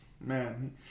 Man